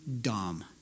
dumb